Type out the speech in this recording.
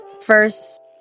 first